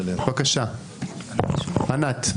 בבקשה, ענת.